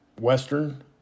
western